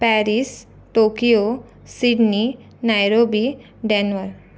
Paris Tokyo Sydney Nairobi denver